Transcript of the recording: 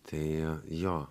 tai jo jo